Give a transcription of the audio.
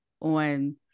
on